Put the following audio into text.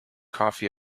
coffee